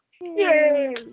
Yay